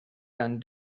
than